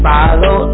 Follow